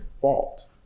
fault